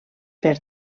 per